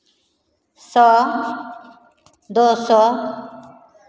सौ दो सौ